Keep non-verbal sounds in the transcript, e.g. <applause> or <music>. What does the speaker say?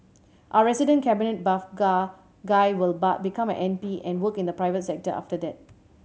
our resident cabinet buff <unintelligible> guy will <unintelligible> become an M P and work in the private sector after that